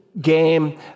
game